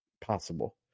possible